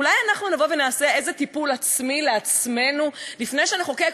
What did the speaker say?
אולי אנחנו נבוא ונעשה איזה טיפול עצמי לעצמנו לפני שנחוקק